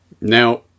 Now